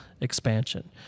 expansion